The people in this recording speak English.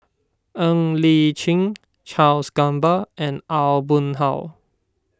Ng Li Chin Charles Gamba and Aw Boon Haw